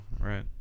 right